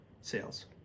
sales